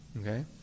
Okay